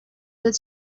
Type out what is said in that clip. that